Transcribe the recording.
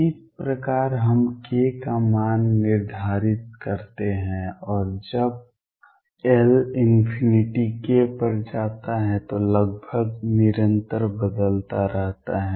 इस प्रकार हम k का मान निर्धारित करते हैं और जब L k पर जाता है तो लगभग निरंतर बदलता रहता है